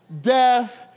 Death